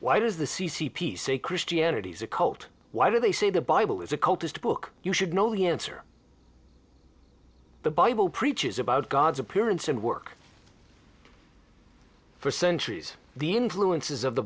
why does the c c p say christianity is a cult why do they say the bible is a cultist book you should know the answer the bible preaches about god's appearance and work for centuries the influences of the